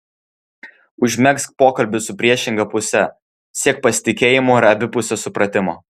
užmegzk pokalbį su priešinga puse siek pasitikėjimo ir abipusio supratimo